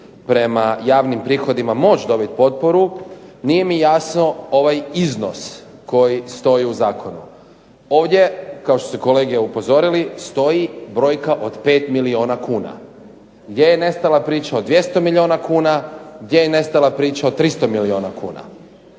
prema javnim prihodima moći dobiti potporu, nije mi jasno ovaj iznos koji stoji u zakonu. Ovdje kao što su kolege upozorili stoji brojka od 5 milijuna kuna. Gdje je nestala priča o 200 milijuna kuna? Gdje je nestala priča od 300 milijuna kuna?